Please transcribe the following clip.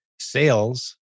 Sales